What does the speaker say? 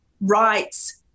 rights